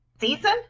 season